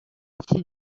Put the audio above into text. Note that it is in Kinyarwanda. iki